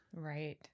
Right